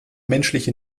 menschliche